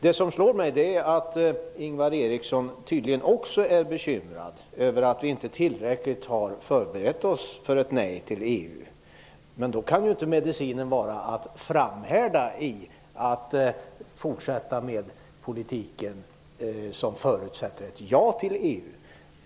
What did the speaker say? Det slår mig att Ingvar Eriksson tydligen också är bekymrad över att vi inte tillräckligt har förberett oss för ett nej till EU. Men då kan ju inte medicinen vara att framhärda i den politik som förutsätter ett ja till EU.